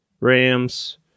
Rams